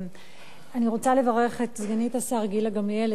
אני רוצה לברך את סגנית השר גילה גמליאל,